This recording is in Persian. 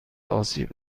آسیب